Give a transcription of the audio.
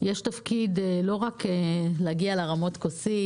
יש תפקיד לא רק להגיע להרמות כוסית,